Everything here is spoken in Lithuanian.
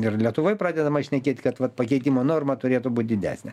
ir lietuvoj pradedama šnekėt kad va pakeitimo norma turėtų būt didesnė